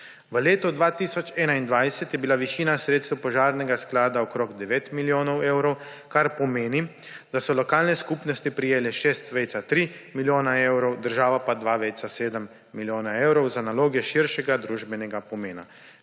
V letu 2021 je bila višina sredstev požarnega sklada okoli 9 milijonov evrov, kar pomeni, da so lokalne skupnosti prejele 6,3 milijona evrov, država pa 2,7 milijona evrov za naloge širšega družbenega pomena.